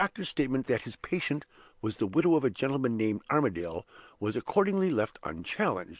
the doctor's statement that his patient was the widow of a gentleman named armadale was accordingly left unchallenged,